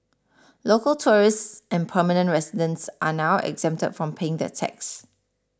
local tourists and permanent residents are now exempted from paying the tax